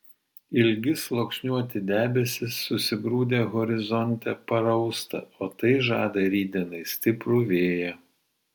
ilgi sluoksniuoti debesys susigrūdę horizonte parausta o tai žada rytdienai stiprų vėją